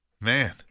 man